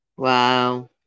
Wow